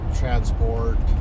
transport